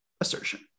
assertion